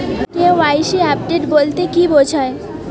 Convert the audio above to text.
KYC update বলতে কি বোঝায়?